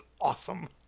awesome